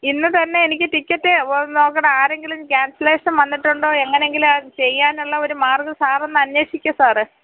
ഇന്ന് തന്നേ എനിക്ക് ടിക്കറ്റ് നോക്കണ ആരെങ്കിലും ക്യാൻസലേഷൻ വന്നിട്ടുണ്ടോ എങ്ങനെയെങ്കിലും അത് ചെയ്യാനുള്ള ഒരു മാർഗം സാറൊന്ന് അന്വേഷിക്കൂ സാറേ